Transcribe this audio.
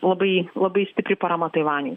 labai labai stipri parama taivaniui